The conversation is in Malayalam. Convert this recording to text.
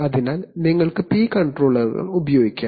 അതിനാൽ നിങ്ങൾക്ക് പി കൺട്രോളറുകൾ ഉപയോഗിക്കാം